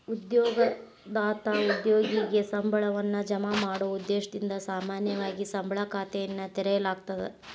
ಉದ್ಯೋಗದಾತ ಉದ್ಯೋಗಿಗೆ ಸಂಬಳವನ್ನ ಜಮಾ ಮಾಡೊ ಉದ್ದೇಶದಿಂದ ಸಾಮಾನ್ಯವಾಗಿ ಸಂಬಳ ಖಾತೆಯನ್ನ ತೆರೆಯಲಾಗ್ತದ